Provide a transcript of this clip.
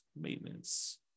Maintenance